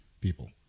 people